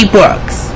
books